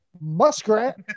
muskrat